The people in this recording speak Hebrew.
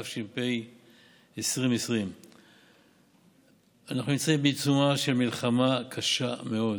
התש"ף 2020. אנחנו נמצאים בעיצומה של מלחמה קשה מאוד.